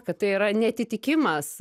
kad tai yra neatitikimas